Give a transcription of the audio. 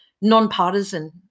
nonpartisan